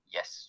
Yes